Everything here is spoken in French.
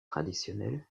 traditionnelles